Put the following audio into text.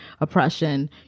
oppression